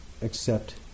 Accept